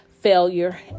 failure